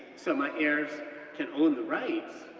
so my heirs can own the rights,